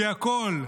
כי הכול,